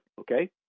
okay